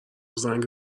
زنگ